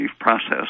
process